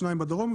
שניים בדרום,